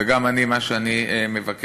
וגם אני, מה שאני מבקש,